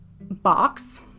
box